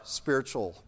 spiritual